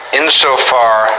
insofar